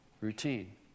routine